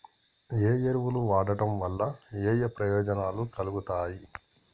ఏ ఎరువులు వాడటం వల్ల ఏయే ప్రయోజనాలు కలుగుతయి?